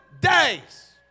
days